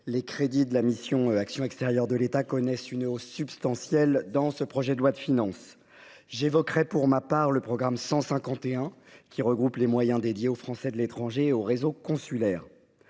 les crédits de la mission « Action extérieure de l’État » connaissent une hausse substantielle dans le projet de loi de finances pour 2024. J’évoquerai pour ma part le programme 151, qui regroupe les moyens dédiés aux Français de l’étranger et au réseau consulaire.